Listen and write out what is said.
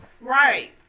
Right